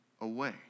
away